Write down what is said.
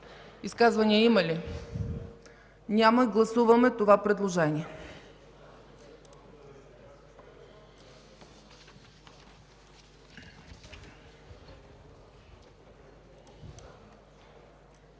изказвания? Няма. Гласуваме това предложение.